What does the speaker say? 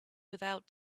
without